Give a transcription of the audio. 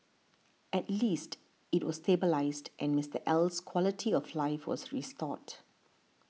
at least it was stabilised and Mister L's quality of life was restored